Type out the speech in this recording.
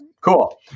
Cool